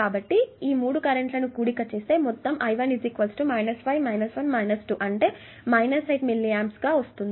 కాబట్టి ఈ 3 కరెంట్లను కూడిక చేస్తే మొత్తం కరెంట్ I1 5 1 2 అంటే 8 మిల్లీ ఆంప్స్ అవుతుంది